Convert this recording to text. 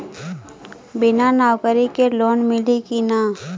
बिना नौकरी के लोन मिली कि ना?